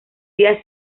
día